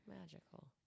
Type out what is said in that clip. Magical